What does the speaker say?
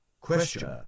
Question